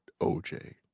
OJ